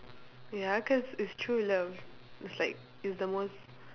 ya cause it's true love it's like it's the most